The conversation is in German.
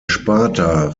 sparta